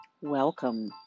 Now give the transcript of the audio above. Welcome